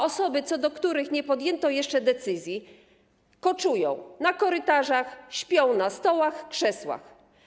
Osoby, co do których nie podjęto jeszcze decyzji, koczują na korytarzach, śpią na stołach, krzesłach.